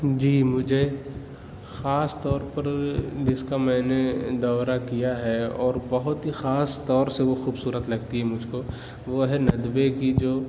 جی مجھے خاص طور پر جس کا میں نے دورہ کیا ہے اور بہت ہی خاص طور سے وہ خوبصورت لگتی ہے مجھ کو وہ ندوے کی جو